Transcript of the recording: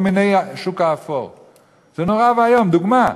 תעודות ביומטריות,